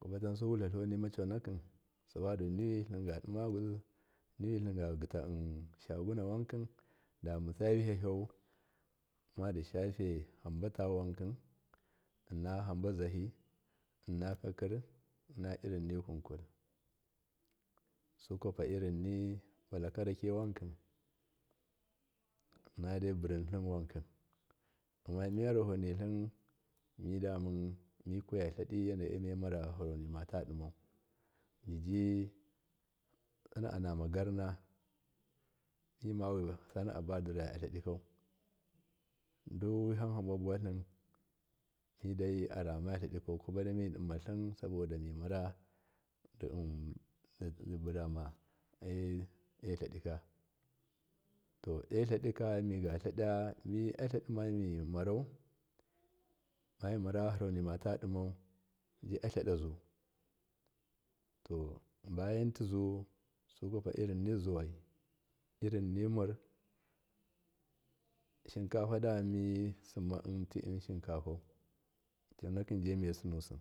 Kwapatansu wutlatlaunimi conakim tlingadima kutsi tlinga gita shasunawanki damutsa wihahu madi shafe hamba tawan ki inna hamba zahi innakakir innairim nikunkul sukwapa irinni balaka rakewanki innadai burintlin wanki amma mi yarahonitlin midaman mikwiya tladi wano miyemarayarahonimata dimau jiji ana anama garna mema wi sanaabadira tladikau duwiham hamba buwatlim midai aramatladikau kwapadaimidimatlin saboda diburama etladika to e tladika miga tladau mami marayarahonima tadimau jiatladaza to bayantizu su kwapa irin ni zuwai irinni mar shinkafa da mi sima shinka conaki jemiye sinusi